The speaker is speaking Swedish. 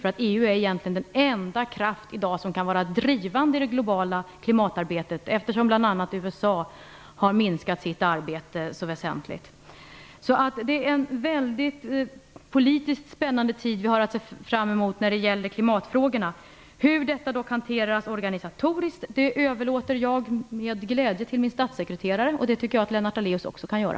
EU är ju egentligen den enda kraft som i dag kan vara drivande i det globala klimatarbetet, eftersom bl.a. USA så väsentligt har minskat sitt arbete. Det är en politiskt väldigt spännande tid som vi har att se fram emot när det gäller klimatfrågorna. Hur dessa skall hanteras organisatoriskt överlåter jag dock med glädje till min statssekreterare, och det tycker jag att Lennart Daléus också kan göra.